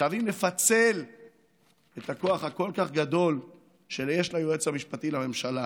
חייבים לפצל את הכוח הכל-כך גדול שיש ליועץ המשפטי לממשלה,